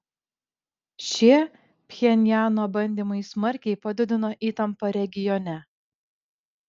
šie pchenjano bandymai smarkiai padidino įtampą regione